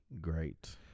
great